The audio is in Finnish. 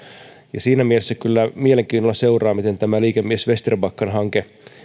ja siinä mielessä kyllä mielenkiinnolla seuraan miten tämä liikemies vesterbackan hanke